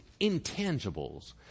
intangibles